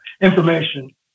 information